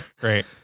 Great